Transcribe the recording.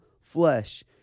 flesh